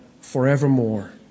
forevermore